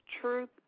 truth